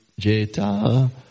jeta